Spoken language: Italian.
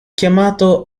chiamato